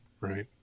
right